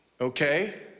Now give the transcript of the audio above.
okay